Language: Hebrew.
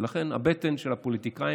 ולכן הבטן של הפוליטיקאים,